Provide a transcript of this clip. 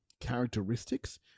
characteristics